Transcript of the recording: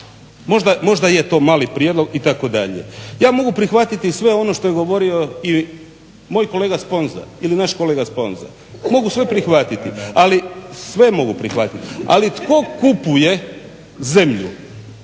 Možda je to mali prijedlog itd. Ja mogu prihvatiti sve ono što je govorio i moj kolega Sponza ili naš kolega Sponza. Mogu sve prihvatiti, ali sve mogu prihvatiti ali tko kupuje zemlju?